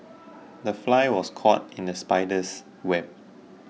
the fly was caught in the spider's web